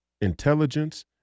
intelligence